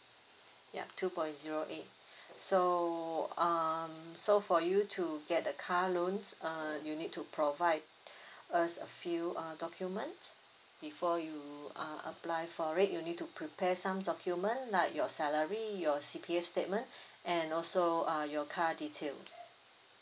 ya two point zero eight so um so for you to get the car loans uh you need to provide us a a few uh documents before you uh apply for it you need to prepare some document like your salary your C_P_F statement and also uh your car detail